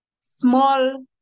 small